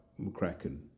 McCracken